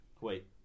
wait